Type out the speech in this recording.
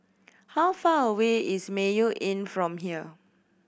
how far away is Mayo Inn from here